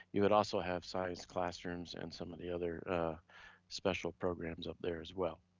you would also have size classrooms and some of the other special programs up there as well.